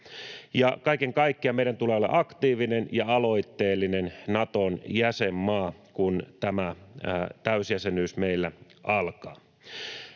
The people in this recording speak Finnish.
Kaiken kaikkiaan meidän tulee olla aktiivinen ja aloitteellinen Naton jäsenmaa, kun tämä täysjäsenyys meillä alkaa.